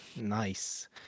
Nice